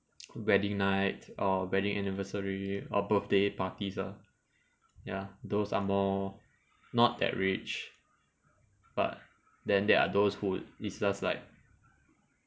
wedding night or wedding anniversary or birthday parties ah ya those are more not that rich but then there are those who is just like